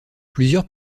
plusieurs